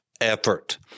Effort